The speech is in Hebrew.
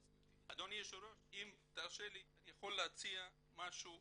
אדוני היושב ראש אם תרשה לי אני אציע פה משהו